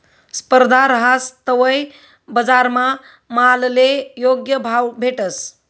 स्पर्धा रहास तवय बजारमा मालले योग्य भाव भेटस